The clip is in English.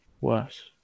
worse